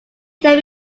tell